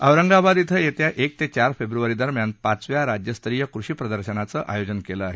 औरंगाबाद इथं येत्या एक ते चार फेब्रवारी दरम्यान पाचव्या राज्यस्तरीय कृषी प्रदर्शनाचं आयोजन केलं आहे